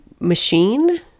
Machine